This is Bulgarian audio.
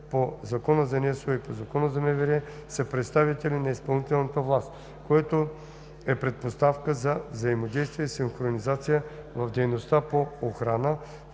и Закона за Министерството на вътрешните работи са представители на изпълнителната власт, което е предпоставка за взаимодействие и синхронизация в дейността по охрана,